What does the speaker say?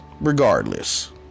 regardless